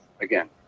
again